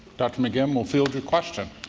dr maginn will field your question.